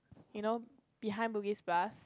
you know behind Bugis-Plus